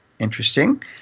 interesting